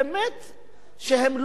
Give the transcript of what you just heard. שלא עולים הרבה כסף.